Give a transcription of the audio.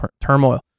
turmoil